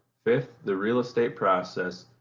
fifth the real estate process,